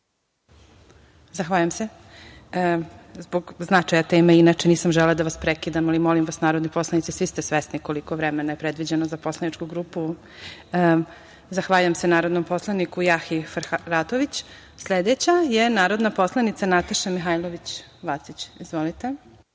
Zahvaljujem se. Zbog značaja teme inače nisam želela da vas prekidam, ali molim vas, narodni poslanici, svi ste svesni koliko vremena je predviđeno za poslaničku grupu. Zahvaljujem se narodnom poslaniku Jahji Fehratović. Sledeća je narodna poslanica Nataša Mihailović Vacić. Izvolite.